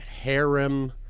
harem